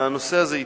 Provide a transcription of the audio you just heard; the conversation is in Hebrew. והנושא הזה יטופל,